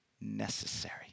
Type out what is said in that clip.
necessary